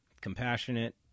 compassionate